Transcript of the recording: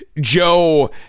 Joe